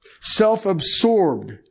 self-absorbed